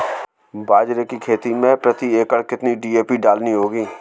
बाजरे की खेती में प्रति एकड़ कितनी डी.ए.पी डालनी होगी?